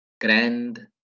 grand